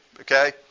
Okay